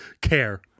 care